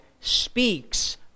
speaks